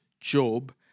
Job